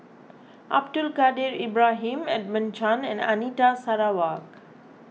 Abdul Kadir Ibrahim Edmund Chen and Anita Sarawak